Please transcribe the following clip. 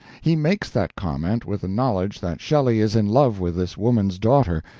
he makes that comment with the knowledge that shelley is in love with this woman's daughter,